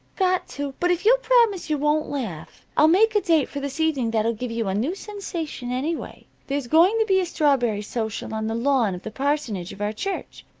got to. but if you'll promise you won't laugh, i'll make a date for this evening that'll give you a new sensation anyway. there's going to be a strawberry social on the lawn of the parsonage of our church.